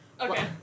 Okay